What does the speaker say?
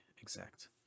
exact